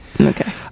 Okay